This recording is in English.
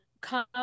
come